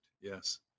yes